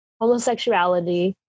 homosexuality